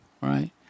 Right